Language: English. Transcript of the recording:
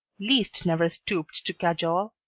liszt never stooped to cajole.